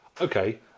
okay